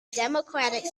democratic